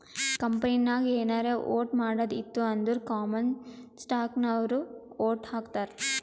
ಕಂಪನಿನಾಗ್ ಏನಾರೇ ವೋಟ್ ಮಾಡದ್ ಇತ್ತು ಅಂದುರ್ ಕಾಮನ್ ಸ್ಟಾಕ್ನವ್ರು ವೋಟ್ ಹಾಕ್ತರ್